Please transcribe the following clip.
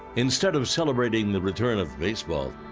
instead of celebrating the return of baseball,